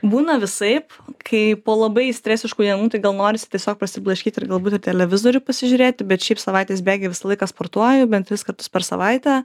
būna visaip kai po labai stresiškų dienų tai gal norisi tiesiog prasiblaškyti ir galbūt ir televizorių pasižiūrėti bet šiaip savaitės bėgy visą laiką sportuoju bent tris kartus per savaitę